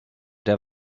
der